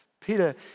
Peter